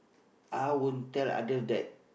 I won't tell other that